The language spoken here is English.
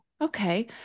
Okay